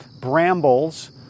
brambles